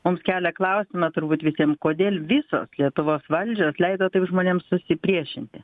mums kelia klausimą turbūt visiem kodėl visos lietuvos valdžios leido taip žmonėms susipriešinti